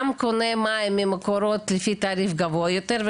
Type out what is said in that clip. גם קונה מים ממקורות לפי תעריף גבוה יותר,